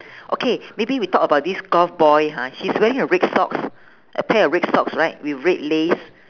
okay maybe we talk about this golf boy ha he's wearing a red socks a pair of red socks right with red lace